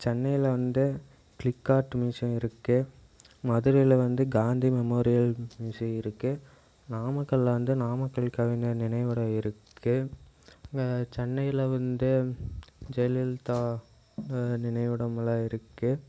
சென்னையில வந்து click art museum இருக்கு மதுரையில வந்து காந்தி மெமோரியல் மியூசியம் இருக்கு நாமக்கலில் வந்து நாமக்கல் கவிஞர் நினைவிடம் இருக்கு சென்னையில வந்து ஜெயலலிதா நினைவிடம்லாம் இருக்கு